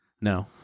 No